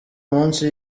munsi